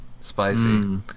spicy